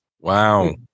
Wow